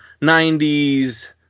90s